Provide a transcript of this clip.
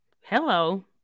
hello